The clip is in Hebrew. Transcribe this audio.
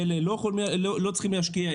אלה לא צריכים להשקיע,